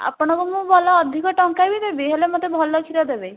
ଆପଣଙ୍କୁ ମୁଁ ଭଲ ଅଧିକ ଟଙ୍କା ବି ଦେବି ହେଲେ ମୋତେ ଭଲ କ୍ଷୀର ଦେବେ